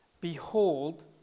behold